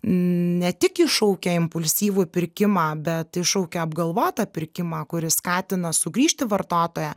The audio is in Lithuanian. ne tik iššaukia impulsyvų pirkimą bet iššaukia apgalvotą pirkimą kuris skatina sugrįžti vartotoją